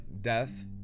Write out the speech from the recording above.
death